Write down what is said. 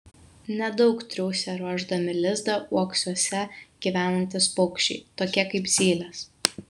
nedaug triūsia ruošdami lizdą uoksuose gyvenantys paukščiai tokie kaip zylės